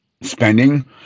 spending